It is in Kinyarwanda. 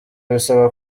bisaba